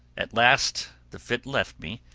at last the fit left me,